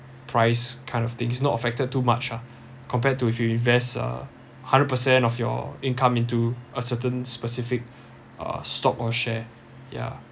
price kind of thing is not affected too much ah compared to if you invest uh hundred percent of your income into a certain specific uh stock or share yeah